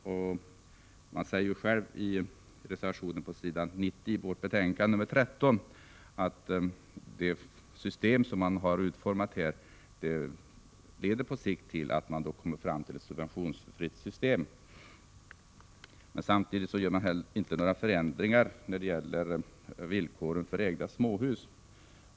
Moderaterna säger själva i sin reservation, på s. 90 i vårt betänkande 13, att det system som man har utformat på sikt leder till ett subventionsfritt system. Men samtidigt vidtar man inte några förändringar beträffande villkoren för ägda småhus.